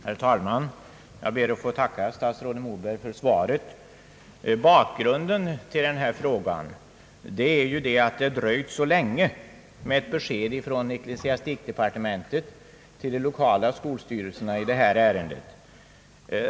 Herr talman! Jag ber att få tacka statsrådet Moberg för svaret. Bakgrunden till denna fråga är ju att det dröjt så länge med ett besked från ecklesiastikdepartementet till de lokala skolstyrelserna i detta ärende.